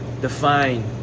define